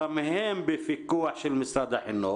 גם הם בפקוח משרד החינוך,